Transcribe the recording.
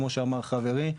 כמו שאמר חברי,